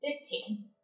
Fifteen